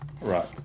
Right